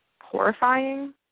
Horrifying